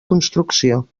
construcció